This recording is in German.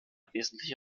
wesentliche